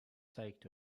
zeigt